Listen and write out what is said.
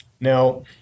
Now